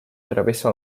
travessa